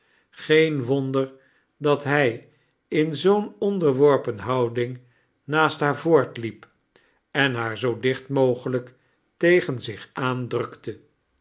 geen wonder dat hij in zoo'n onderworpen houding naast haar voortliep en haar zoo dicht mogelijk tegen zich aandrukte